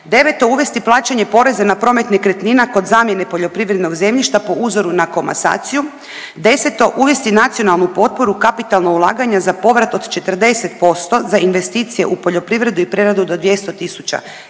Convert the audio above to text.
9. Uvesti plaćanje poreza na promet nekretnina kod zamjene poljoprivrednog zemljišta po uzoru na komasaciju. 10. Uvesti nacionalnu potporu, kapitalno ulaganje za povrat od 40% za investicije u poljoprivredu i preradu do 200